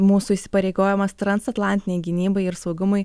mūsų įsipareigojimas transatlantinei gynybai ir saugumui